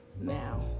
Now